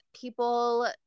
people